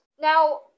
Now